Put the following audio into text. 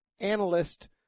analyst